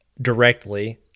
directly